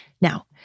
Now